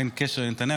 אין קשר לנתניהו,